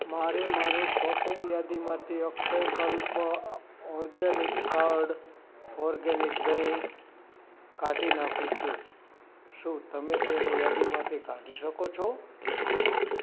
મારે મારે શોપિંગ યાદીમાંથી અક્ષયકલ્પ ઓર્ગેનિક કર્ડ ઓર્ગેનિક દહીં કાઢી નાખવું છે શું તમે તેને યાદીમાંથી કાઢી શકો છો